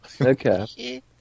Okay